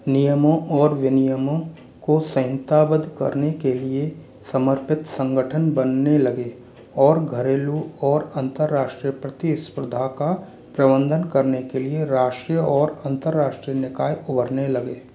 नियमों और विनियमों को संहिताबद्ध करने के लिए समर्पित संगठन बनने लगे और घरेलू और अंतर्राष्ट्रीय प्रतिस्पर्धा का प्रबंधन करने के लिए राष्ट्रीय और अंतर्राष्ट्रीय निकाय उभरने लगे